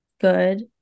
good